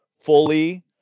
fully